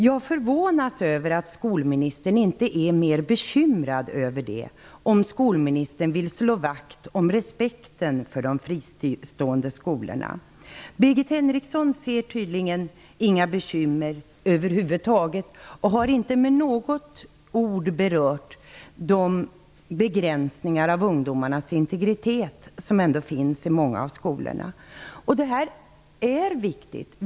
Jag förvånas över att skolministern inte är mer bekymrad över det, om skolministern vill slå vakt om respekten för de fristående skolorna. Birgit Henriksson ser tydligen inga bekymmer över huvud taget och har inte med något ord berört de begränsningar av ungdomarnas integritet som ändå finns i många av dessa skolor. Det här är viktigt.